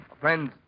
Friends